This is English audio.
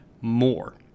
more